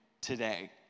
today